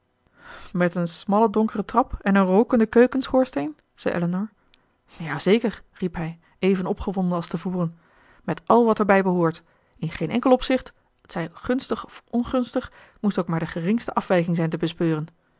met een smalle donkere trap en een rookenden keukenschoorsteen zei elinor ja zeker riep hij even opgewonden als te voren met al wat er bij behoort in geen enkel opzicht t zij gunstig of ongunstig moest ook maar de geringste afwijking zijn te bespeuren